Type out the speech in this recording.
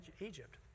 Egypt